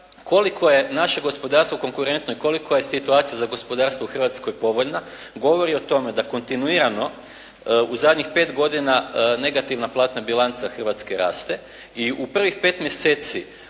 Koliko je naše gospodarstvo konkurentno i koliko je situacija za gospodarstvo u Hrvatskoj povoljna, govori o tome da kontinuirano u zadnjih 5 godina negativna platna bilanca Hrvatske raste i u prvih 5 mjeseci